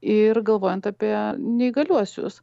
ir galvojant apie neįgaliuosius